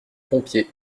pompiers